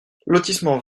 lotissement